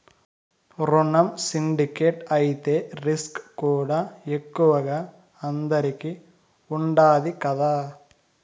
రునం సిండికేట్ అయితే రిస్కుకూడా ఎక్కువగా అందరికీ ఉండాది కదా